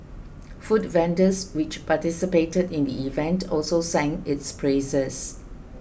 food vendors which participated in the event also sang its praises